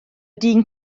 dyn